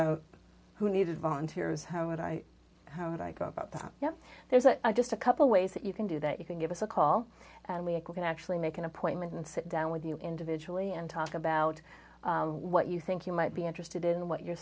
find who needed volunteers how would i how would i go about that you know there's just a couple ways that you can do that you can give us a call and we agree can actually make an appointment and sit down with you individually and talk about what you think you might be interested in what your